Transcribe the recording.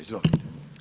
Izvolite.